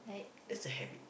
that's a habit